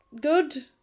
good